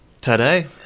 today